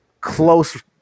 close